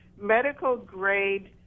medical-grade